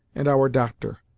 and our doctor.